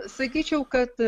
sakyčiau kad